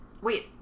Wait